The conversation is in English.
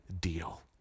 deal